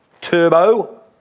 Turbo